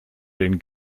den